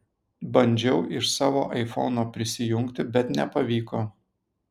bandžiau iš savo aifono prisijungti bet nepavyko